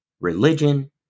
religion